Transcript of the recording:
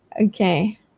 Okay